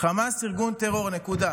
חמאס הוא ארגון טרור, נקודה.